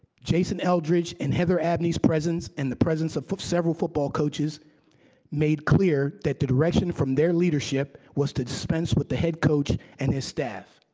jason eldredge and heather abney's presence and the presence of of several football coaches made clear that the direction from their leadership was to dispense with the head coach and his staff.